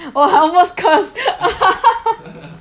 !wah! I almost cursed